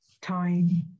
Time